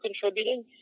contributing